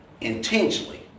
Intentionally